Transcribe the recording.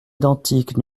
identiques